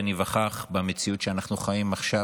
ניווכח במציאות שאנחנו חיים בה עכשיו,